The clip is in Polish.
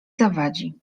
zawadzi